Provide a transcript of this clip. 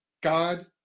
God